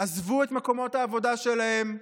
עזבו את מקומות העבודה שלהם,